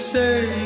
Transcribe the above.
say